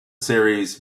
series